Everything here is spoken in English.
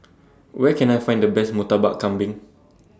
Where Can I Find The Best Murtabak Kambing